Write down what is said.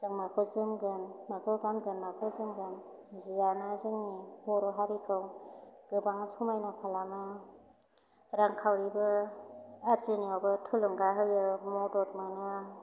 जों माखौ जोमगोन माखौ गानगोन माखौ जोमगोन जियानो जोंनि बर' हारिखौ गोबां समायना खालामो रांखावरिबो आरजिनायावबो थुलुंगा होयो मदद मोनो